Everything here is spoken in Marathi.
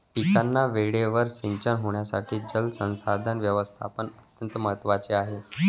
पिकांना वेळेवर सिंचन होण्यासाठी जलसंसाधन व्यवस्थापन अत्यंत महत्त्वाचे आहे